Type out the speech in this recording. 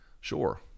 Sure